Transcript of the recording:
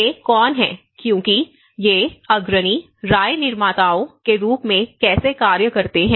ये कौन हैं क्योंकि ये अग्रणी राय निर्माताओं के रूप में कैसे कार्य करते हैं